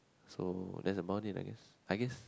so that's the money I guess I guess